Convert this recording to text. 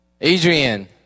Adrian